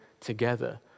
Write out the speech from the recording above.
together